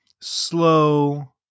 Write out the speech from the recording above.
slow